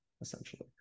essentially